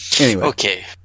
Okay